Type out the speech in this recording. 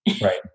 Right